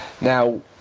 Now